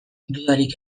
dudarik